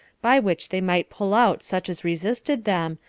by which they might pull out such as resisted them,